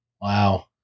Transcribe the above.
wow